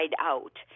out